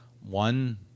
one